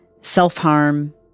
self-harm